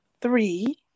Three